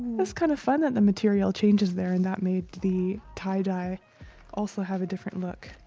that's kind of fun that the material changes there and that made the tie-dye also have a different look,